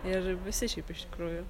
ir visi šiaip iš tikrųjų